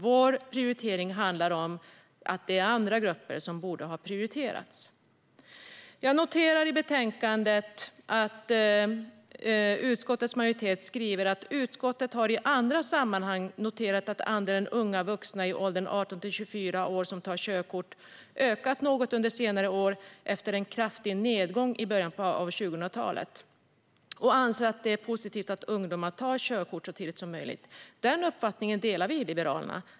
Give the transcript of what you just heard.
Vi tycker att andra grupper borde ha prioriterats. Jag noterar att det i betänkandet står: "Utskottet har i andra sammanhang noterat att andelen unga vuxna i åldern 18-24 år som tar körkort ökat något under senare år efter en kraftig nedgång under början av 2000-talet, och anser att det är positivt om ungdomar tar körkort så tidigt som möjligt." Denna uppfattning delar vi i Liberalerna.